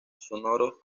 sonoros